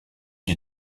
des